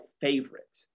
favorite